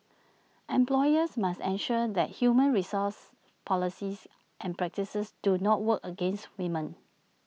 employers must ensure that human resource policies and practices do not work against women